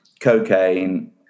cocaine